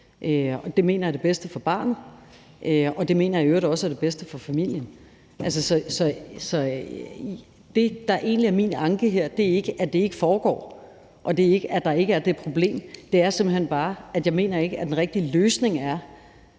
Det mener jeg er det bedste for barnet, og det mener jeg i øvrigt også er det bedste for familien. Det, der egentlig er min anke her, er ikke, at det ikke foregår, og det er ikke, at der ikke er det problem; det er simpelt hen bare, at jeg ikke mener, at den rigtige løsning er,